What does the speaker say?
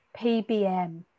PBM